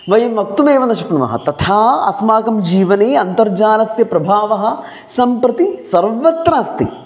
वयं वक्तुमेव न शक्नुमः तथा अस्माकं जीवने अन्तर्जालस्य प्रभावः सम्प्रति सर्वत्र अस्ति